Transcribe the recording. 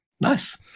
Nice